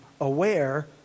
aware